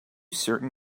certain